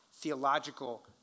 theological